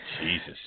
Jesus